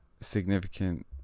significant